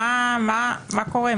מה קורה?